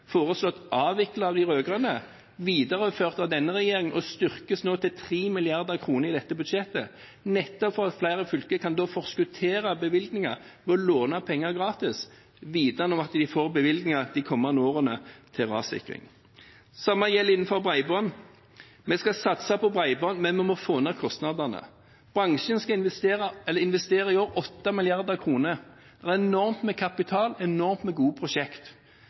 og styrkes til 3 mrd. kr i dette budsjettet, nettopp for at flere fylker skal kunne forskuttere bevilgninger ved å låne penger gratis, vel vitende om at de får bevilgninger til rassikring de kommende årene. Det samme gjelder bredbånd. Vi skal satse på bredbånd, men vi må få ned kostnadene. Bransjen investerer i år 8 mrd. kr. Det er enormt med kapital, enormt med